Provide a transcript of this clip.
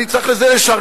אני צריך לשריין,